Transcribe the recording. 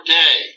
day